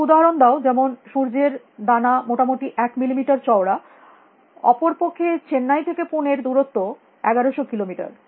কিছু উদাহরণ দাও যেমন সর্ষের দানা মোটামুটি 1 মিলিমিটার চওড়া অপর পক্ষে চেন্নাই থেকে পুনে র দূরত্ব ১১০০ কিলোমিটার